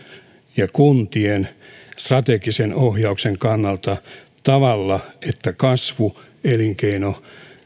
ja kuntien strategisen ohjauksen kannalta sillä tavalla että heidän osaltaan kasvu elinkeino